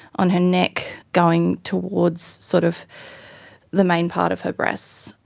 on her neck going towards sort of the main part of her breasts.